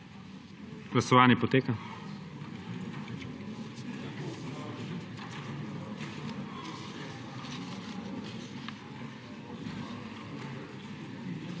Glasovanje poteka.